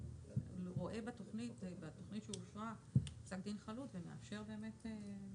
הוא רואה בתוכנית שאושרה פסק דין חלוט ומאפשר באמת.